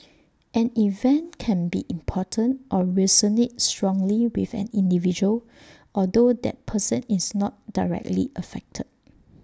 an event can be important or resonate strongly with an individual although that person is not directly affected